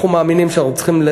אנחנו מאמינים שאנחנו צריכים,